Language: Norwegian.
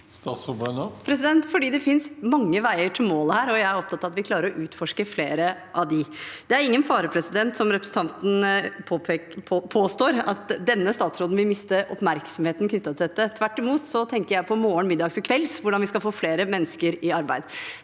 det finnes mange veier til målet her, og jeg er opptatt av at vi klarer å utforske flere av dem. Det er ingen fare for, som representanten påstår, at denne statsråden vil miste oppmerksomheten knyttet til dette. Tvert imot tenker jeg både morgen, middag og kveld på hvordan vi skal få flere mennesker i arbeid.